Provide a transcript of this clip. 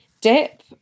dip